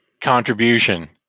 contribution